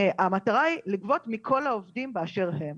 המטרה היא לגבות מכל העובדים באשר הם.